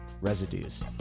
Residues